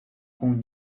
com